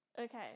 Okay